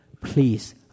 please